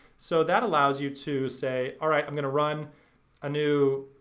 so that allows you to say, all right, i'm gonna run a new,